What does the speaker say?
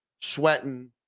sweating